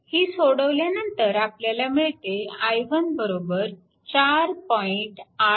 ही सोडवल्यानंतर आपल्याला मिळते i1 4